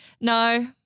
No